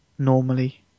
Normally